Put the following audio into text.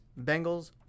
Bengals